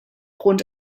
rund